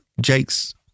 Jake's